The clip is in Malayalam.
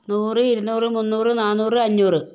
നൂറ് ഇരുന്നൂറ് മുന്നൂറ് നാനൂറ് അഞ്ഞൂറ്